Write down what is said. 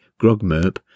grogmerp